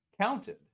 counted